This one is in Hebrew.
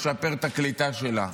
לשפר את הקליטה שלה.